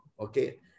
Okay